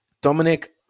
Dominic